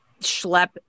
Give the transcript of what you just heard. schlep